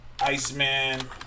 Iceman